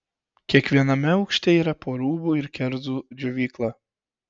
kiekviename aukšte yra po rūbų ir kerzų džiovyklą